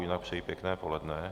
Jinak přeji pěkné poledne.